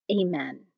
Amen